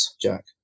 Jack